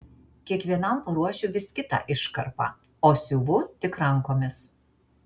kiekvienam paruošiu vis kitą iškarpą o siuvu tik rankomis